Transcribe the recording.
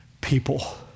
people